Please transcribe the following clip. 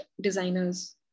designers